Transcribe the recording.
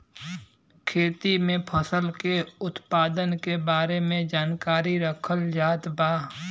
खेती में फसल के उत्पादन के बारे में जानकरी रखल जात बा